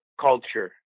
culture